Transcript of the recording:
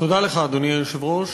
אדוני היושב-ראש,